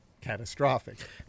catastrophic